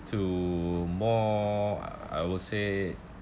to more I would say